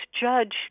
judge